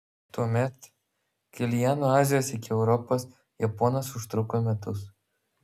tuomet kelyje nuo azijos iki europos japonas užtruko metus